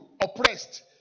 oppressed